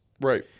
Right